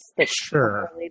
Sure